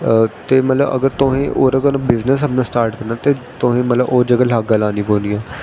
ते मतलब अगर तुसें ओह्दे कोला बिज़नस अपना स्टार्ट करना ते तुसें मतलब होर जगह् लाग्गां लाना पौंदियां